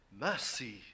mercy